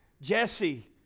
Jesse